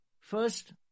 First